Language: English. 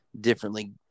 differently